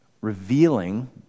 revealing